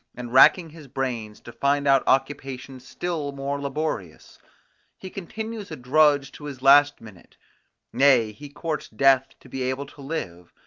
and racking his brains to find out occupations still more laborious he continues a drudge to his last minute nay, he courts death to be able to live,